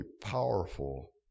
powerful